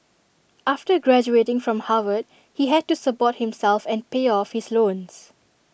after graduating from Harvard he had to support himself and pay off his loans